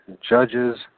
Judges